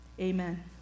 amen